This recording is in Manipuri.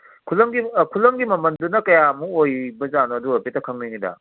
ꯈꯨꯂꯪꯒꯤ ꯈꯨꯂꯪꯒꯤ ꯃꯃꯟꯗꯨꯅ ꯀꯌꯥꯃꯨꯛ ꯑꯣꯏꯕꯖꯥꯠꯅꯣ ꯑꯗꯨ ꯍꯥꯏꯐꯦꯠꯇ ꯈꯪꯅꯤꯡꯏꯗ